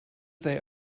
they